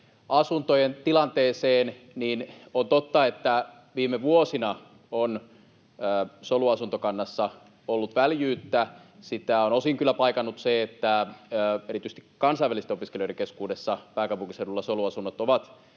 asuntojen tilanteeseen, niin on totta, että viime vuosina on soluasuntokannassa ollut väljyyttä. Sitä on osin kyllä paikannut se, että erityisesti kansainvälisten opiskelijoiden keskuudessa pääkaupunkiseudulla soluasunnot ovat